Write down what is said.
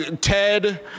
Ted